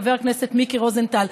חבר הכנסת מיקי רוזנטל.